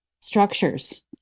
structures